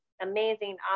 amazing